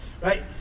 Right